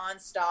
nonstop